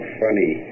funny